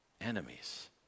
enemies